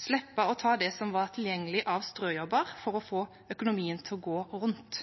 slippe å ta det som var tilgjengelig av strøjobber, for å få økonomien til å gå rundt.